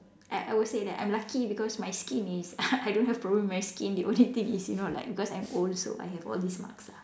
I I would say that I'm lucky because my skin is I don't have problem with my skin the only thing is you know like because I'm old so I have all these marks ah